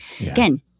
again